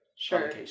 Sure